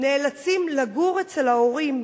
נאלצים לגור אצל ההורים,